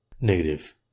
Negative